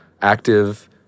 active